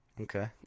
Okay